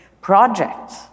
projects